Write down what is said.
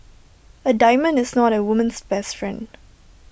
A diamond is not A woman's best friend